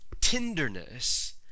tenderness